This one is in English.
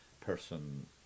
person